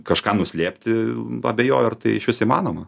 kažką nuslėpti abejoju ar tai išvis įmanoma